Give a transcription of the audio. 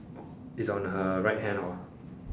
is on her right hand hor